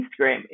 Instagram